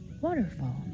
waterfall